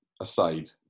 aside